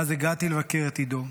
ואז הגעתי לבקר את עידו,